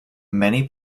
many